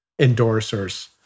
endorsers